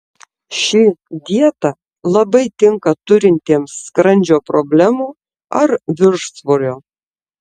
ši dieta labai tinka turintiems skrandžio problemų ar viršsvorio